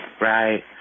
Right